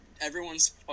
Everyone's